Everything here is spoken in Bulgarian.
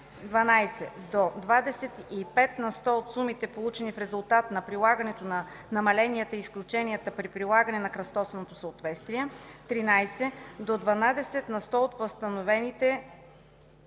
и пет на сто от сумите, получени в резултат на прилагането на намаленията и изключванията, при прилагане на кръстосаното съответствие; 13. до двадесет на сто от възстановените